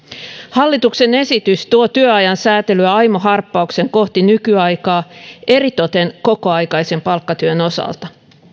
hallituksen esitys tuo työajan säätelyä aimo harppauksen kohti nykyaikaa eritoten kokoaikaisen palkkatyön osalta